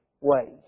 ways